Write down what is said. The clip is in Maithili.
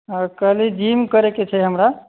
कहली जिम करैके छै हमरा